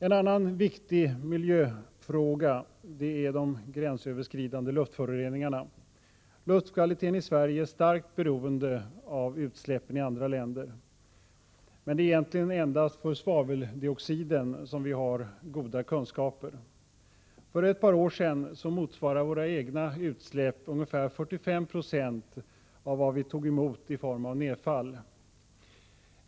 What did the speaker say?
En annan viktig miljöfråga är de gränsöverskridande luftföroreningarna. Luftkvaliteten i Sverige är starkt beroende av utsläpp i andra länder. Det är egentligen endast om svaveldioxiden som vi har goda kunskaper. För ett par år sedan motsvarade våra egna utsläpp ca 45 96 av vad vi tog emot i form av nedfall.